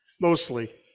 Mostly